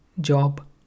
job